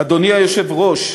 אדוני היושב-ראש,